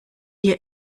hier